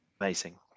Amazing